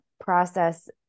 process